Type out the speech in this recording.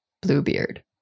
Bluebeard